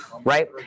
right